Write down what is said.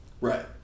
Right